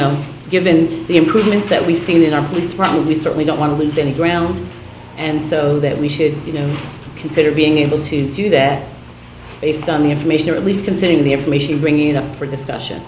know given the improvement that we've seen in our police probably we certainly don't want to lose any ground and so that we should you know consider being able to do that based on the information or at least considering the information bringing it up for discussion